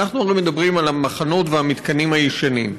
אנחנו הרי מדברים על המחנות ועל המתקנים הישנים.